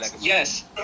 yes